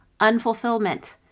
unfulfillment